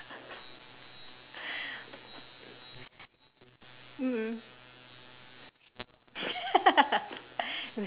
mm